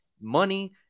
money